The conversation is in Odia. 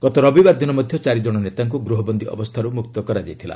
ଗତ ରବିବାର ଦିନ ମଧ୍ୟ ଚାରି କଣ ନେତାଙ୍କୁ ଗୃହବନ୍ଦୀ ଅବସ୍ଥାରୁ ମୁକ୍ତ କରାଯାଇଥିଲା